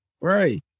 Right